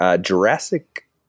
Jurassic